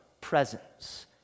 presence